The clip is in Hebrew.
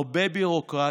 הרבה ביורוקרטיה,